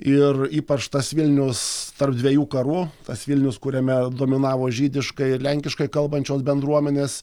ir ypač tas vilnius tarp dviejų karų tas vilnius kuriame dominavo žydiškai ir lenkiškai kalbančios bendruomenės